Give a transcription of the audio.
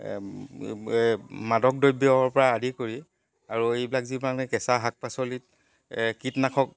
মাদক দ্ৰব্যৰ পৰা আদি কৰি আৰু এইবিলাক যি মানে কেঁচা শাক পাচলিত কীটনাশক